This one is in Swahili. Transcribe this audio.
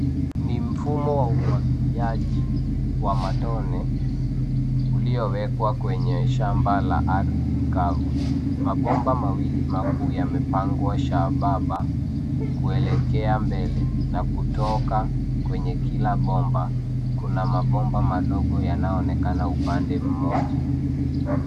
Ni mfumo wa umwagiliaji wa matone uliowekwa kwenye shamba la ardhi kavu. Mabomba mawili makuu yamepangwa sambamba kuelekea mbele na kutoka kwenye kila bomba kuna mabomba madogo yanayoonekana upande mmoja.